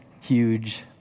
huge